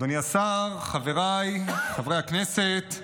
אדוני השר, חבריי חברי הכנסת,